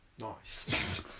Nice